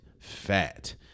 fat